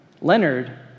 Leonard